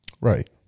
Right